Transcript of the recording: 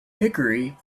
hickory